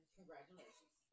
congratulations